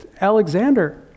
Alexander